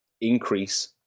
increase